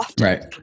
Right